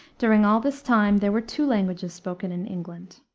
during all this time there were two languages spoken in england.